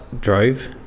Drove